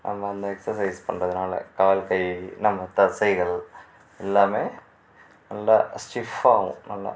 நம்ம அந்த நல்ல எக்சசைஸ் பண்ணுறதுனால கால் கை நான் தசைகள் எல்லாமே நல்லா ஸ்டிஃப்ஃபாகவும் நல்லா